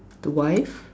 to wife